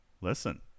listen